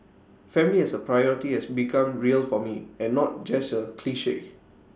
family as A priority has become real for me and not just A cliche